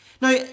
Now